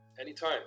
anytime